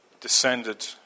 Descended